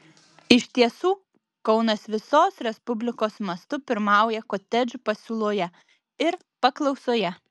iš tiesų kaunas visos respublikos mastu pirmauja kotedžų pasiūloje ir paklausoje